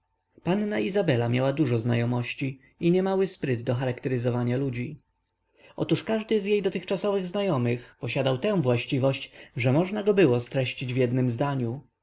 panna izabela miała dużo znajomości i niemały spryt do charakteryzowania ludzi otóż każdy z jej dotychczasowych znajomych posiadał tę własność że można go było streścić w jednem zdaniu